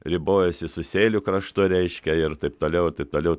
ribojasi su sėlių kraštu reiškia ir taip toliau ir taip toliau